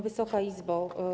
Wysoka Izbo!